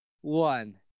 one